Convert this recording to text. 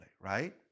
right